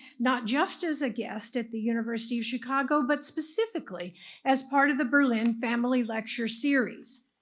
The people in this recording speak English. not just as a guest at the university of chicago, but specifically as part of the berlin family lectures series.